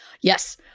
Yes